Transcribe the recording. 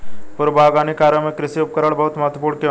पूर्व बागवानी कार्यों में कृषि उपकरण बहुत महत्वपूर्ण क्यों है?